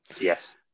yes